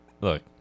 look